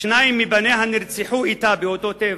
שניים מבניה נרצחו אתה באותו טבח,